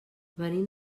venim